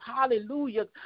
hallelujah